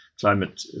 climate